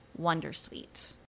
wondersuite